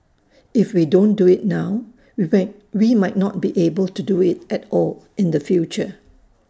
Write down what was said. if we don't do IT now we way we might not be able do IT at all in the future